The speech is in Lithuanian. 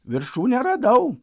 viršūnę radau